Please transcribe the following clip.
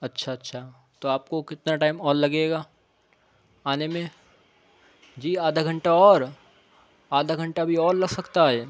اچھا اچھا تو آپ کو کتنا ٹائم اور لگے گا آنے میں جی آدھا گھنٹہ اور آدھا گھنٹہ ابھی اورلگ سکتا ہے